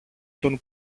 τον